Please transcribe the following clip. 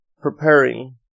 preparing